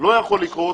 לא יכול לקרות.